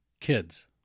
kids